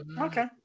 Okay